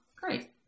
great